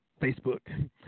Facebook